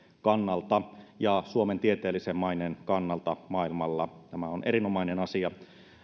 kannalta ja suomen tieteellisen maineen kannalta maailmalla tämä on erinomainen asia